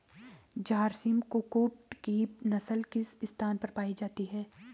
झारसिम कुक्कुट की नस्ल किस स्थान पर पाई जाती है?